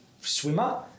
swimmer